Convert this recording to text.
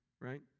Right